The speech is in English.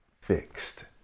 fixed